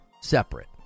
separate